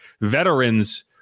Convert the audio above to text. veterans